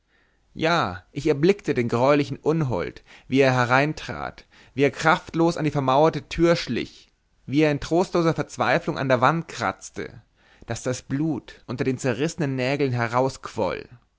ja ich erblickte den greulichen unhold wie er hereintrat wie er kraftlos an die vermauerte tür schlich wie er in trostloser verzweiflung an der wand kratzte daß das blut unter den zerrissenen nägeln